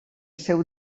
seu